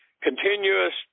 continuous